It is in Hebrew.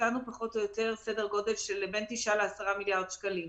--- פחות או יותר סדר גודל של בין 10-9 מיליארד שקלים.